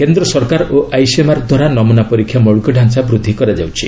କେନ୍ଦ୍ର ସରକାର ଓ ଆଇସିଏମ୍ଆର୍ ଦ୍ୱାରା ନମୁନା ପରୀକ୍ଷା ମୌଳିକ ଢାଞ୍ଚା ବୃଦ୍ଧି କରାଯାଉଛି